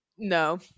No